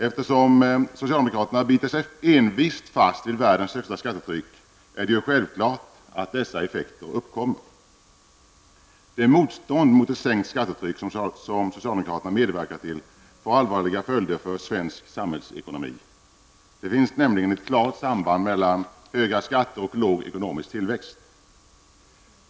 Eftersom socialdemokraterna envist biter sig fast vid världens högsta skattetryck är det ju självklart att dessa effekter uppkommer. Det motstånd mot ett sänkt skattetryck som socialdemokraterna medverkar till får allvarliga följder för svensk samhällsekonomi. Det finns nämligen ett klart samband mellan höga skatter och låg ekonomisk tillväxt.